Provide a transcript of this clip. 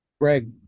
Greg